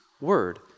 word